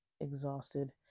exhausted